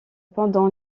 pendant